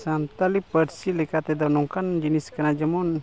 ᱥᱟᱱᱛᱟᱲᱤ ᱯᱟᱹᱨᱥᱤ ᱞᱮᱠᱟᱛᱮᱫᱚ ᱱᱚᱝᱠᱟᱱ ᱡᱤᱱᱤᱥ ᱠᱟᱱᱟ ᱡᱮᱢᱚᱱ